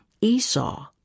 Esau